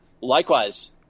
Likewise